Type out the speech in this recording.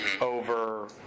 over